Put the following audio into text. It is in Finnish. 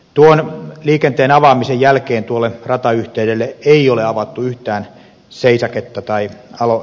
tuon liikenteen avaamisen jälkeen tuolle ratayhteydelle ei ole avattu yhtään seisaketta tai asemaa